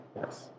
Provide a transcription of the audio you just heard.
Yes